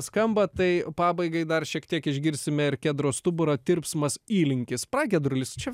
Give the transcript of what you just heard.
skamba tai pabaigai dar šiek tiek išgirsime ir kedro stuburo tirpsmas įlinkis pragiedrulis čia